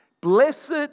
Blessed